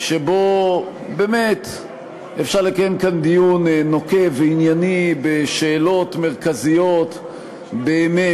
שבו באמת אפשר לקיים כאן דיון נוקב וענייני בשאלות מרכזיות באמת